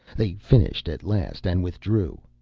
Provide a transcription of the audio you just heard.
they finished at last and withdrew.